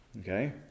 Okay